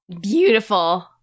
beautiful